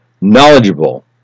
knowledgeable